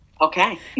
Okay